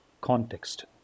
context